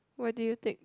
what do you take